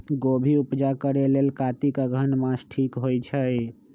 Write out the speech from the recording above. गोभि उपजा करेलेल कातिक अगहन मास ठीक होई छै